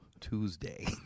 Tuesday